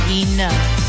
enough